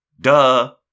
Duh